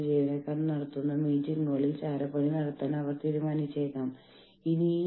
boss പറയുന്നു അതെ എനിക്ക് മനസ്സിലായി പക്ഷേ എനിക്ക് അതിനെക്കുറിച്ച് ഒന്നും ചെയ്യാൻ കഴിയില്ല